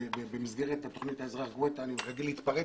במסגרת התכנית "האזרח גואטה" אני רגיל להתפרץ.